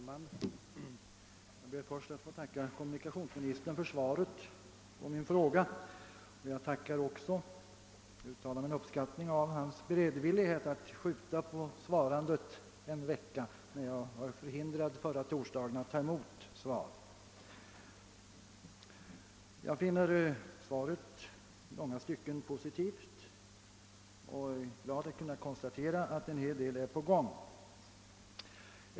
Herr talman! Jag ber att få tacka kommunikationsministern för svaret på min fråga, och jag tackar också för och uttalar min uppskattning av stasrådets beredvillighet att skjuta på svaret en vecka, då jag förra torsdagen var förhindrad att ta emot det. Jag finner svaret vara positivt i långa stycken och är glad äver att kunna konstatera att en hel del åtgärder är på gång.